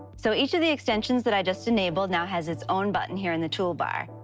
so each of the extensions that i just enabled now has its own button here in the toolbar.